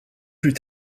plus